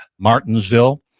martinsville.